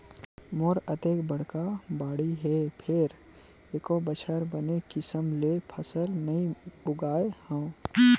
मोर अतेक बड़का बाड़ी हे फेर एको बछर बने किसम ले फसल नइ उगाय हँव